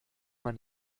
man